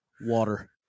water